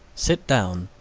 sit down,